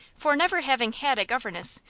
for, never having had a governess,